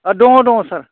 दङ दङ सार